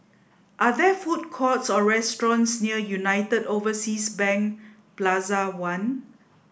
are there food courts or restaurants near United Overseas Bank Plaza One